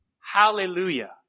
Hallelujah